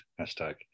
hashtag